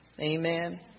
Amen